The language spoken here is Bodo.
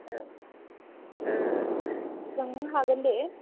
सोंनो हागोन दे